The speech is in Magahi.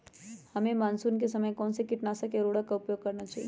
हमें मानसून के समय कौन से किटनाशक या उर्वरक का उपयोग करना चाहिए?